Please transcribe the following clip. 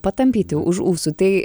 patampyti už ūsų tai